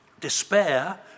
Despair